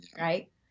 right